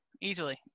Easily